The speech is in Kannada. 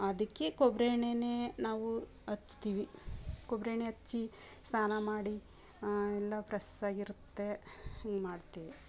ಅದಕ್ಕೆ ಕೊಬ್ಬರಿ ಎಣ್ಣೆನೇ ನಾವು ಹಚ್ತಿವಿ ಕೊಬ್ಬರಿ ಎಣ್ಣೆ ಹಚ್ಚಿ ಸ್ನಾನ ಮಾಡಿ ಎಲ್ಲ ಫ್ರೆಸ್ಸಾಗಿರುತ್ತೆ ಹಂಗೆ ಮಾಡ್ತೀವಿ